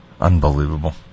Unbelievable